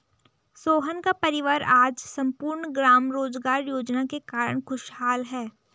सोहन का परिवार आज सम्पूर्ण ग्राम रोजगार योजना के कारण खुशहाल है